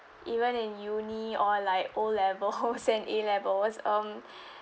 even in uni or like O levels and A levels um